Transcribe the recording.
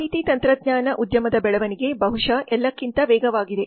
ಮಾಹಿತಿ ತಂತ್ರಜ್ಞಾನ ಉದ್ಯಮದ ಬೆಳವಣಿಗೆ ಬಹುಶಃ ಎಲ್ಲಕ್ಕಿಂತ ವೇಗವಾಗಿದೆ